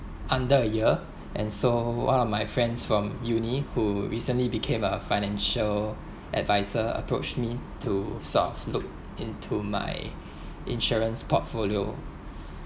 under a year and so one of my friends from uni who recently became a financial adviser approached me to sort of look into my insurance portfolio